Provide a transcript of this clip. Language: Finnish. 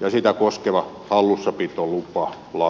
ja sitä koskeva hallussapitolupa lakkautetaan